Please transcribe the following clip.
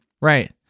right